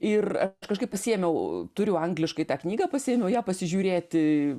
ir a kažkaip pasiėmiau turiu angliškai tą knygą pasiėmiau ją pasižiūrėti